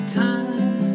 time